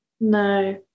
no